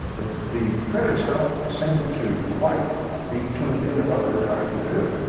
the critics don't seem to quite be tuned into what we're trying to do.